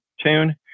tune